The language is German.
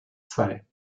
zwei